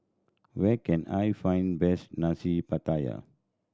where can I find best Nasi Pattaya